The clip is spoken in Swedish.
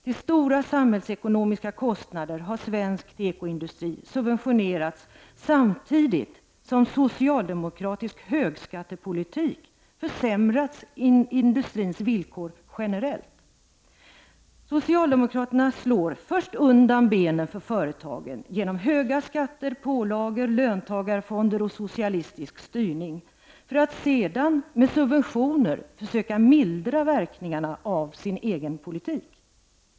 Till stora samhällsekonomiska kostnader har svensk tekoindustri subventionerats samtidigt som socialdemokratisk högskattepolitik har försämrat industrins villkor generellt. Socialdemokraterna slår först undan benen för företagen genom höga skatter, pålagor, löntagarfonder och socialistisk styrning. Sedan försöker de med subventioner försöka mildra verkningarna av sin egen politik.